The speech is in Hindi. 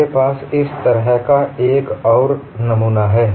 मेरे पास इस तरह का एक और नमूना है